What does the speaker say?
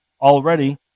already